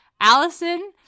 Allison